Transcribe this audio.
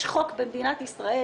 יש חוק במדינת ישראל,